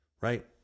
Right